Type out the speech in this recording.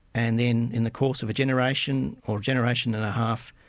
and then in the course of a generation or generation-and-a-half,